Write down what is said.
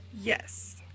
Yes